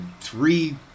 three